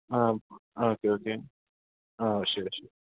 ആ ആ okay okay ആ ശരി ശരി